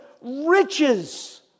riches